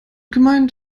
gemeint